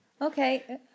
Okay